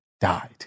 died